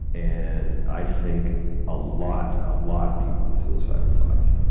and i think a lot, a lot of people have suicidal thoughts.